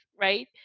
right